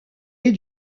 est